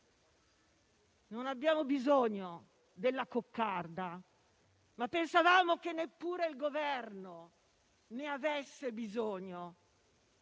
Non abbiamo bisogno della coccarda, ma pensavamo che neppure il Governo ne avesse bisogno.